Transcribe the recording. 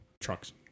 trucks